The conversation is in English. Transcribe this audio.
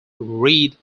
reed